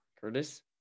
Curtis